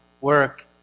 work